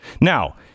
Now